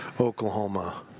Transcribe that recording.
Oklahoma